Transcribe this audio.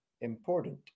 important